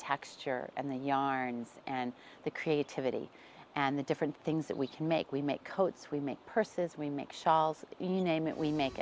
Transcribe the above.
texture and the yarns and the creativity and the different things that we can make we make coats we make purses we make shawls you name it we make